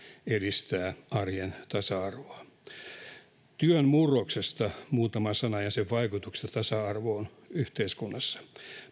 edistää arjen tasa arvoa työn murroksesta ja sen vaikutuksista tasa arvoon yhteiskunnassa